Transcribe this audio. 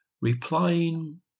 replying